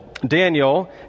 Daniel